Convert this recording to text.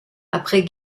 après